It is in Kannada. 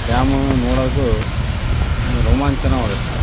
ಡ್ಯಾಮ್ ನೋಡೋಕ್ಕೂ ಒಂದು ರೋಮಾಂಚನವಾಗುತ್ತೆ